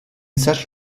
such